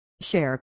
share